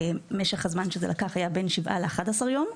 משך הזמן שזה לקח היה בין 7 ל-11 יום.